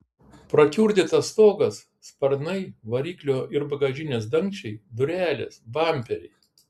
prakiurdytas stogas sparnai variklio ir bagažinės dangčiai durelės bamperiai